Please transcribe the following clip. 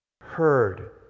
heard